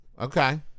Okay